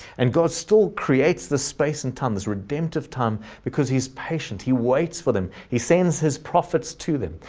and god still creates the space and time is redemptive time. because he's patient, he waits for them, he sends his prophets to them.